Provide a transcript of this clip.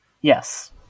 Yes